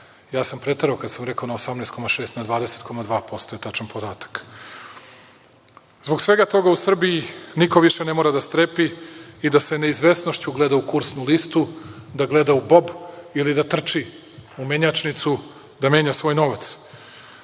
Ja sam preterao kada sam rekao na 18,6, na 20,2% je tačan podatak. Zbog svega toga, u Srbiji niko više ne mora da strepi i da sa neizvesnošću gleda u kursnu listu, da gleda u bob, i da trči u menjačnicu da menja svoj novac.